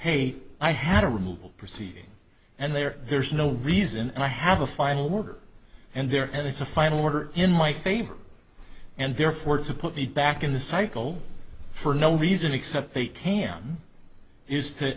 hate i had a removal proceeding and they are there's no reason i have a final word and there and it's a final order in my favor and therefore to put me back in the cycle for no reason except they can use to